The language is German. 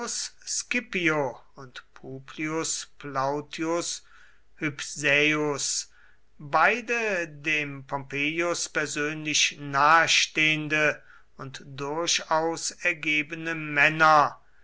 und publius plautius hypsaeus beide dem pompeius persönlich nahestehende und durchaus ergebene männer